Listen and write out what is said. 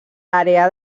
àrea